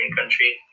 country